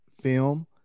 film